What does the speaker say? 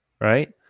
right